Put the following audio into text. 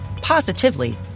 positively